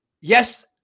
yes